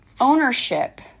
ownership